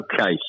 Okay